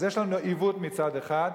אז יש לנו עיוות מצד אחד,